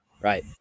Right